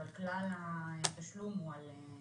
אבל כלל התשלום הוא על הנוסע הנכנס.